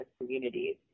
communities